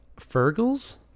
Fergles